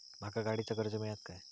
माका गाडीचा कर्ज मिळात काय?